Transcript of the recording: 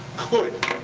could.